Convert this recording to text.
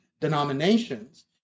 denominations